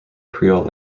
creole